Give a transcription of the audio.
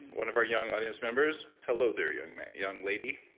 one of our young audience members. hello there, young man, young lady